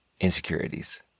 insecurities